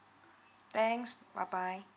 thanks bye bye